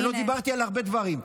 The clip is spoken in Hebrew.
ולא דיברתי על הרבה דברים,